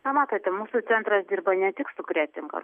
na matote mūsų centras dirba ne tik su kretinga